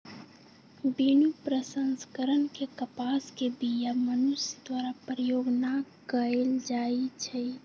बिनु प्रसंस्करण के कपास के बीया मनुष्य द्वारा प्रयोग न कएल जाइ छइ